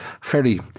fairly